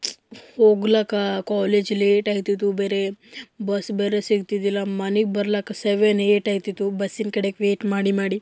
ಹೋಗ್ಲಿಕ್ಕೆ college late ಆಗ್ತಿತ್ತು ಬೇರೆ ಬಸ್ ಬೇರೆ ಸಿಕ್ತಿದಿಲ್ಲ ಮನೆಗೆ ಬರ್ಲಿಕ್ಕೆ ಸೆವೆನ್ ಏಟ್ ಆಗ್ತಿತ್ತು ಬಸ್ಸಿನ ಕಡೆಗೆ ವೇಟ್ ಮಾಡಿ ಮಾಡಿ